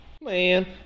Man